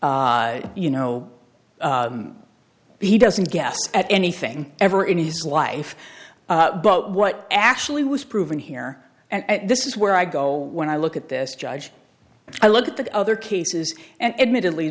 in you know he doesn't guess at anything ever in his life but what actually was proven here and this is where i go when i look at this judge and i look at the other cases and admittedly